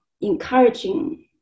encouraging